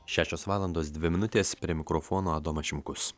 šešios valandos dvi minutės prie mikrofono adomas šimkus